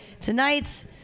Tonight's